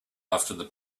after